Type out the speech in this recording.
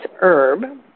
herb